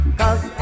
cause